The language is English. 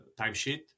timesheet